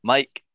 Mike